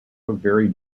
very